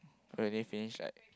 we finish like